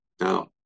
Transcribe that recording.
Now